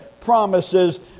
promises